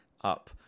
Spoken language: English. up